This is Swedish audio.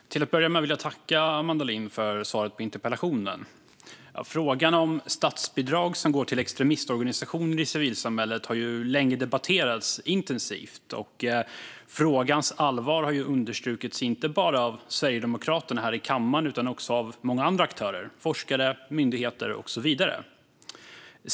Fru talman! Till att börja med vill jag tacka Amanda Lind för svaret på interpellationen. Frågan om statsbidrag som går till extremistorganisationer i civilsamhället har ju länge debatterats intensivt. Frågans allvar har understrukits inte bara av Sverigedemokraterna här i kammaren utan också av många andra aktörer - forskare, myndigheter och så vidare.